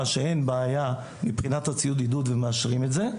שאין בעיה בציוד עידוד ומאשרים את זה.